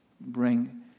bring